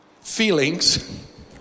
feelings